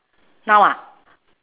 now ah